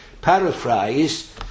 paraphrase